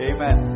Amen